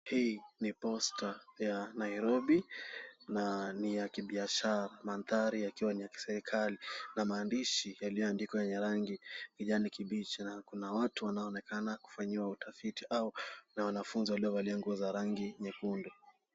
Hii ni posta ya Nairobi na ni ya kibiashara na maadhari yakiwa ya kiserikali na maandishi yaliyoandikwa na rangi ya kijani na kuna watu wanaonekana kufanyiwa utafiti na wanafunzi waliovalia nguo nyekundu.